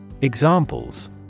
Examples